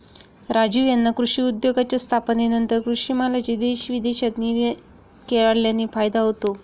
राजीव यांना कृषी उद्योगाच्या स्थापनेनंतर कृषी मालाची देश विदेशात निर्यात वाढल्याने फायदा झाला